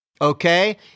Okay